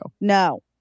No